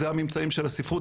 זה הממצעים של הספרות,